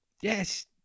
yes